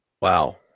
wow